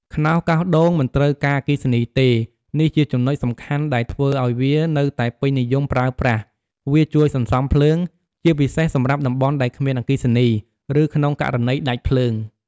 ខ្នោសកោងដូងមិនត្រូវការអគ្គិសនីទេ នេះជាចំណុចសំខាន់ដែលធ្វើឲ្យវានៅតែពេញនិយមប្រើប្រាស់ វាជួយសន្សំភ្លើង ជាពិសេសសម្រាប់តំបន់ដែលគ្មានអគ្គិសនី ឬ ក្នុងករណីដាច់ភ្លើង។